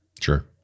Sure